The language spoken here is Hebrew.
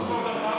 יש לך עוד ארבעה